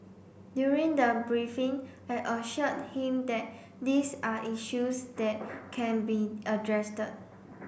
during the briefing I assured him that these are issues that can be